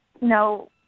no